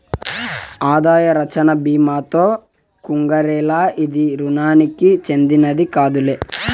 ఆదాయ రచ్చన బీమాతో కంగారేల, ఇది రుణానికి చెందినది కాదులే